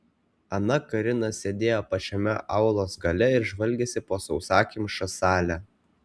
ana karina sėdėjo pačiame aulos gale ir žvalgėsi po sausakimšą salę